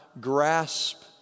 grasp